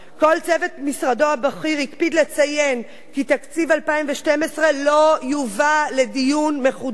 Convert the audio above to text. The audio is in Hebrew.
כל צוות משרדו הבכיר הקפיד לציין כי תקציב 2012 לא יובא לדיון מחודש.